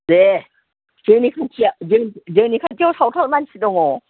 दे जोंनि खाथियाव जोंनि खाथियाव सावथाल मानसि दङ